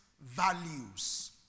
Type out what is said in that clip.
values